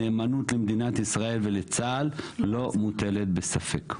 הנאמנות למדינת ישראל ולצה"ל לא מוטלת בספק.